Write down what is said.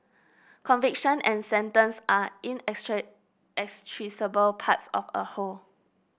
conviction and sentence are parts of a whole